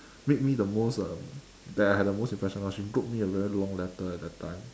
made me the most um that I had the most impression [one] she wrote me a very long letter at that time